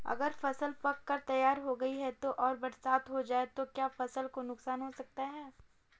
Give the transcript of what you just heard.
अगर फसल पक कर तैयार हो गई है और बरसात हो जाए तो क्या फसल को नुकसान हो सकता है?